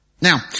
Now